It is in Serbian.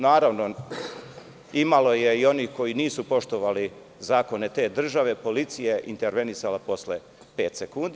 Naravno, bilo je i onih koji nisu poštovali zakone te države, policija je intervenisala posle pet sekundi.